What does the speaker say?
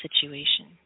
situation